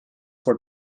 voor